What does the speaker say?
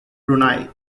brunei